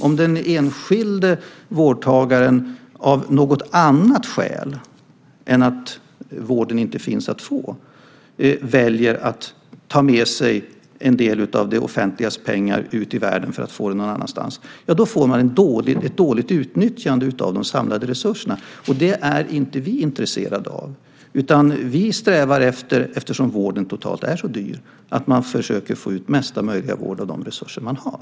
Om den enskilde vårdtagaren av något annat skäl än att vården inte finns att få i det egna landstinget väljer att ta med sig en del av det offentligas pengar ut i världen för att köpa vård någon annanstans får vi ett dåligt utnyttjande av de samlade resurserna. Det är vi inte intresserade av. Eftersom vården totalt sett är så dyr strävar vi efter att man försöker få ut mesta möjliga vård av de resurser man har.